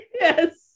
Yes